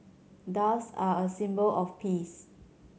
doves are a symbol of peace